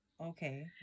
Okay